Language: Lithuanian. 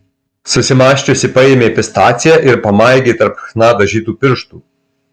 susimąsčiusi paėmė pistaciją ir pamaigė tarp chna dažytų pirštų